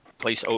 place